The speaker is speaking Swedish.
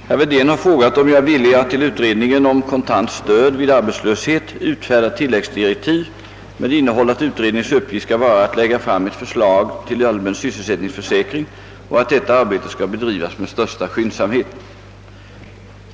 Herr talman! Herr Wedén har frågat om jag är villig att till utredningen om kontant stöd vid arbetslöshet utfärda tilläggsdirektiv med innehåll att utredningens uppgift skall vara att lägga fram ett förslag till allmän sysselsättningsförsäkring och att detta arbete skall bedrivas med största skyndsamhet.